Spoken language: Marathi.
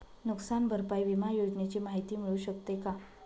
नुकसान भरपाई विमा योजनेची माहिती मिळू शकते का?